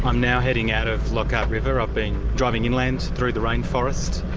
ah now heading out of lockhart river. i've been driving inland through the rainforest,